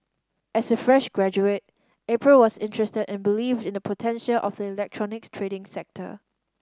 as a fresh graduate April was interested and believed in the potential of the electronics trading sector